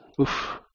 Oof